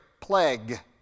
plague